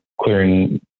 clearing